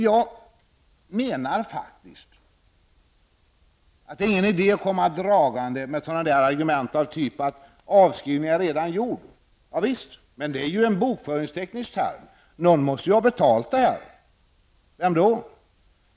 Jag menar faktiskt att det inte är någon idé att komma dragande med argument som att avskrivningen redan är gjord. Ja visst är det så, men det är ju en bokföringsteknisk term. Någon måste ju ha betalt detta. Vem då?